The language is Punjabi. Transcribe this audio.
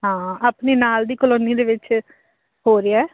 ਹਾਂ ਆਪਣੇ ਨਾਲ ਦੀ ਕਲੋਨੀ ਦੇ ਵਿੱਚ ਹੋ ਰਿਹਾ